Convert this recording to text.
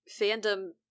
fandom